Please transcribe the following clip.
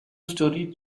story